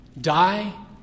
die